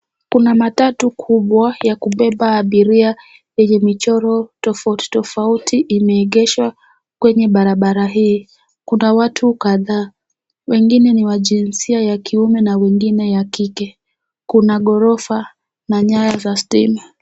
Kuna matatu kubwa ya kubeba abiria yenye michoro tofauti tofauti imeegeshwa kwenye barabara hii. Kuna watu kadhaa, wengine ni wa jinsia ya kiume na wengine ya kike. Kuna ghorofa na nyaya za stima.